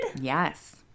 Yes